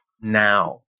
now